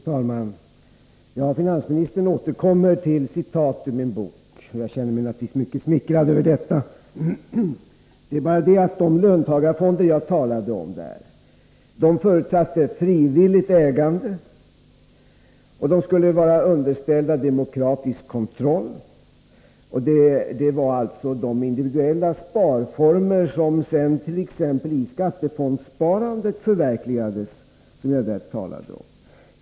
Fru talman! Finansministern återkommer till citat ur min bok, och jag känner mig naturligtvis mycket smickrad över detta. Det är bara det att de löntagarfonder jag talade om där förutsatte frivilligt ägande, och de skulle vara underställda demokratisk kontroll. Det var alltså de individuella sparformer, som sedan förverkligades it.ex. skattefondssparandet, som jag där talade om.